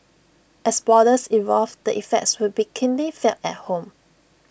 as borders evolve the effects would be keenly felt at home